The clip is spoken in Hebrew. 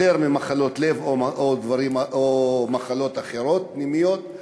יותר ממחלות לב או מחלות אחרות, פנימיות.